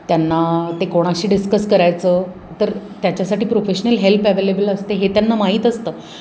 त्यांना ते कोणाशी डिस्कस करायचं तर त्याच्यासाठी प्रोफेशनल हेल्प अवेलेबल असते हे त्यांना माहीत असतं